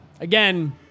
again